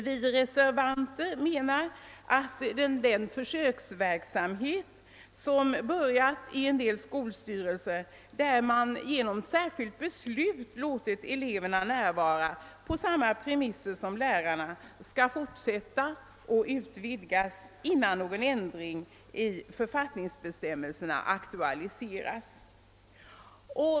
Vi reservanter menar att den försöksverksamhet, som börjat i en del skolstyrelser där man genom särskilt beslut låtit eleverna närvara på samma premisser som lärarna, skall fortsätta att utvidgas innan någon ändring i författningsbestämmelserna aktualiseras.